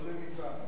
קודם ניצן.